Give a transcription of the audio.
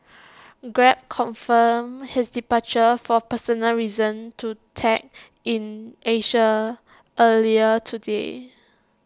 grab confirmed his departure for personal reasons to tech in Asia earlier today